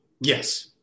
Yes